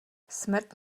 smrt